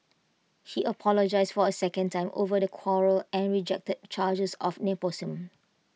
he apologised for A second time over the quarrel and rejected charges of nepotism